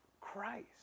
Christ